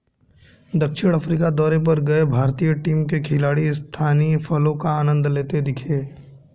दक्षिण अफ्रीका दौरे पर गए भारतीय टीम के खिलाड़ी स्थानीय फलों का आनंद लेते दिखे